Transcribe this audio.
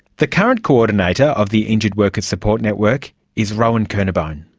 the current coordinator of the injured workers support network is rowan kernebone.